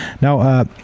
Now